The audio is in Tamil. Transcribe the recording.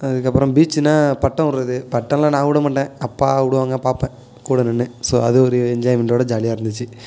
அதுக்கப்புறம் பீச்சுன்னா பட்டம் விடுறது பட்டம்லாம் நான் விடமாட்டன் அப்பா விடுவாங்க பார்ப்பேன் கூட நின்று ஸோ அது ஒரு என்ஜாய்மென்ட்டோட ஜாலியாக இருந்துச்சு